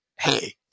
hey